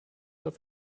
auf